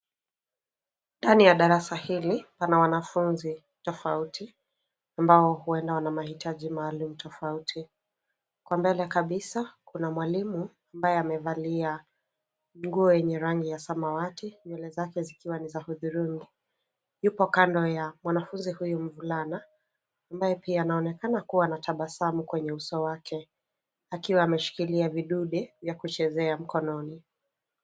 Ndani ya darasa hili pana wanafunzi tofauti ambao huenda wana mahitaji maalum tofauti. Kwa mbele kabisa, kuna mwalimu ambaye amevalia nguo yenye rangi ya samawati, nywele zake zikiwa ni za hudurungu. Yupo kando ya wanafunzi huyu mvulana, ambaye pia anaonekana kuwa na tabasamu kwenye uso wake, akiwa ameshikilia vidude ya kuchezea mkononi.